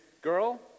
girl